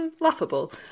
laughable